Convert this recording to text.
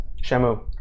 Shamu